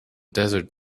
desert